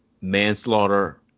manslaughter